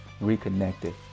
reconnected